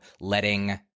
letting